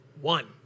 One